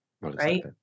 right